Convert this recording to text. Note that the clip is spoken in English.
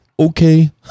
Okay